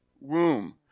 womb